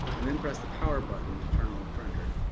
and then press the power button to turn on the printer.